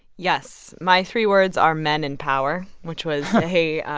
yes. my three words are men in power, which was a